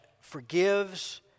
forgives